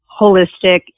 holistic